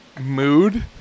mood